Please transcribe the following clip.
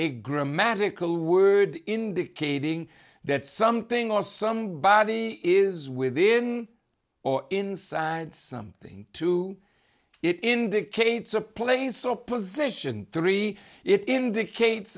a grammatical word indicating that something or somebody is within or inside something to it indicates a place or position three it indicates